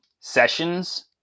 sessions